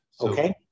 okay